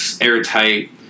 airtight